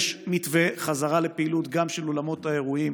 יש מתווה חזרה לפעילות גם של אולמות האירועים.